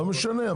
לא משנה.